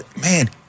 Man